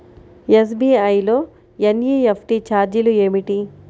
SBI లో NEFT ఛార్జీలు ఏమిటి?